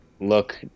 look